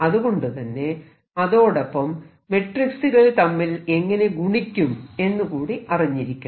അതുകൊണ്ടുതന്നെ അതോടൊപ്പം മെട്രിക്സുകൾ തമ്മിൽ എങ്ങനെ ഗുണിക്കും എന്നുകൂടി അറിഞ്ഞിരിക്കണം